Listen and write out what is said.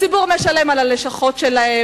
הציבור משלם על הלשכות שלהם,